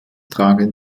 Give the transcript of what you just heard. tragen